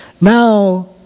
Now